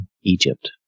Egypt